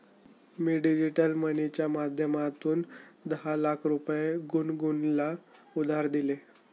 मी digital मनीच्या माध्यमातून दहा लाख रुपये गुनगुनला उधार दिले